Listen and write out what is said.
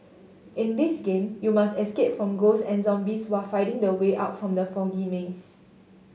in this game you must escape from ghosts and zombies while finding the way out from the foggy maze